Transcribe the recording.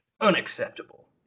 Unacceptable